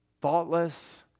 thoughtless